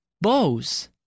Bows